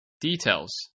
Details